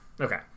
okay